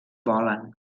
volen